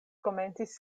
komencis